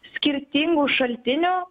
skirtingų šaltinių